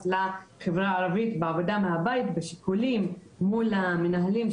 לחברה הערבית בעבודה מהבית בשיקולים מול המנהלים,